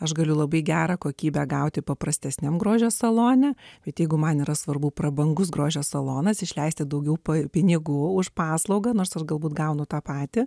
aš galiu labai gerą kokybę gauti paprastesniam grožio salone bet jeigu man yra svarbu prabangus grožio salonas išleisti daugiau pinigų už paslaugą nors aš galbūt gaunu tą patį